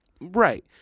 right